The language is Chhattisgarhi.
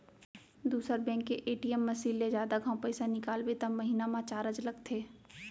दूसर बेंक के ए.टी.एम मसीन ले जादा घांव पइसा निकालबे त महिना म चारज लगथे